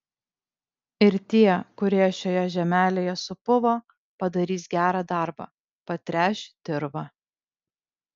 ir tie kurie šioje žemelėje supuvo padarys gerą darbą patręš dirvą